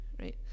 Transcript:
right